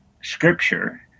Scripture